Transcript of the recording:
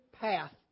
path